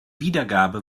wiedergabe